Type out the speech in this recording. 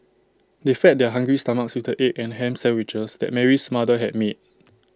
they fed their hungry stomachs with the egg and Ham Sandwiches that Mary's mother had made